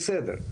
בסדר,